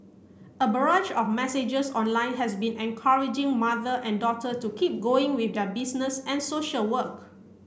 a barrage of messages online has been encouraging mother and daughter to keep going with their business and social work